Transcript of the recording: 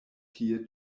tie